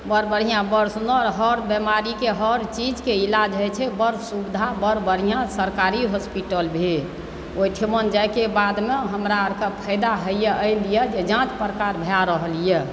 बड़ बढ़िआँ बड़ सुन्दर हर बिमारीके हर चीजके इलाज होइत छै बड़ सुविधा बड़ बढ़िआँ सरकारी हॉस्पिटल भेल ओहिठमन जाइके बादमे हमरा आरके फायदा होइए एहिके लिए जे जाँच पड़ताल भए रहल यऽ